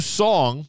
song